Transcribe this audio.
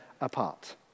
apart